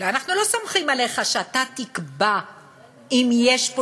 אנחנו לא סומכים עליך שאתה תקבע אם יש פה